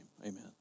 Amen